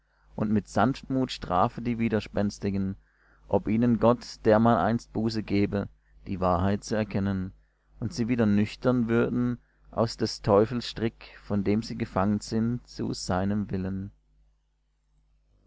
und mit sanftmut strafe die widerspenstigen ob ihnen gott dermaleinst buße gebe die wahrheit zu erkennen und sie wieder nüchtern würden aus des teufels strick von dem sie gefangen sind zu seinem willen